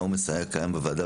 העומס היה קיים בוועדה,